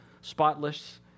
spotless